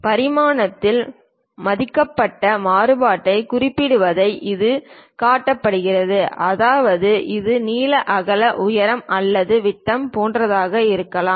பரிமாணத்தில் அனுமதிக்கப்பட்ட மாறுபாட்டைக் குறிப்பிடுவதை இது கட்டுப்படுத்துகிறது அதாவது இது நீள அகலம் உயரம் அல்லது விட்டம் போன்றதாக இருக்கலாம்